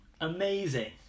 amazing